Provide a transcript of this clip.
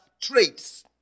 traits